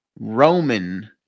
Roman